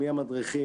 מי המדריכים,